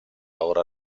ora